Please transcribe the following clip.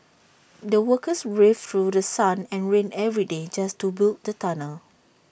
the workers braved through sun and rain every day just to build the tunnel